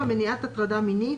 מניעת הטרדה מינית,